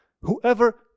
Whoever